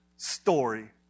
Story